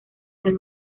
del